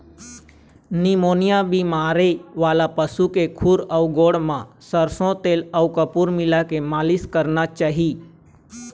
pneumonia बेमारी वाला पशु के खूर अउ गोड़ म सरसो तेल अउ कपूर मिलाके मालिस करना चाही